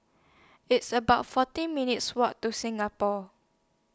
It's about forty minutes' Walk to Singapore